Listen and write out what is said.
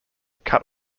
cut